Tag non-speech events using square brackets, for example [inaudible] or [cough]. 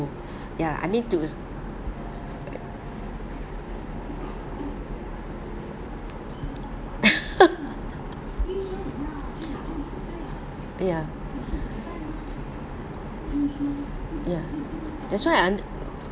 ya I mean to [laughs] ya ya that's why I